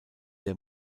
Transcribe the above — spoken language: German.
der